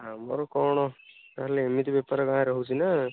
ଆମର କ'ଣ ତାହେଲେ ଏମିତି ବେପାର ଗାଁ'ରେ ହେଉଛି ନା